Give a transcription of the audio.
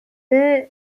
raiders